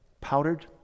Powdered